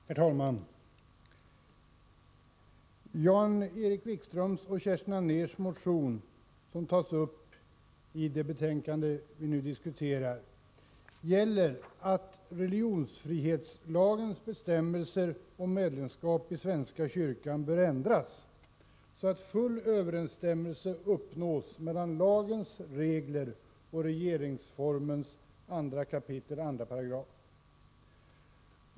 Herr talman! Jan-Erik Wikströms och Kerstin Anérs motion, som tas uppi det betänkande vi nu diskuterar, handlar om att religionsfrihetslagens bestämmelser om medlemskap i svenska kyrkan bör ändras så att full överensstämmelse uppnås mellan lagens regler och regeringsformens 2 kap. 24.